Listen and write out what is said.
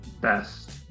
best